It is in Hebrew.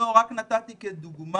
רק נתתי את זה כדוגמה,